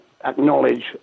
acknowledge